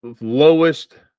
lowest